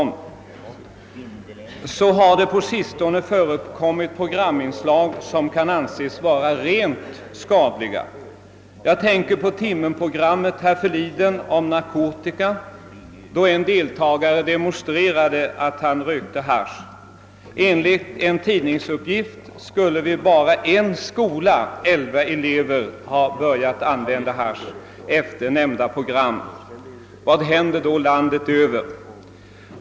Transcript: Vidare har det på sistone förekommit programinslag som kan anses vara rent skadliga. Jag tänker på »Timmen»- programmet härförleden om narkotika, då en deltagare demonstrerade att han rökte hasch. Enligt en tidningsuppgift skulle vid bara en skola elva elever ha börjat använda hasch efter nämnda program. Vad händer då landet över?